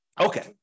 Okay